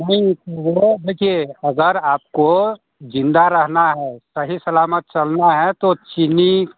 नहीं तो वह देखिए अगार आपको ज़िन्दा रहना है सही सलामत चलना है तो चीनी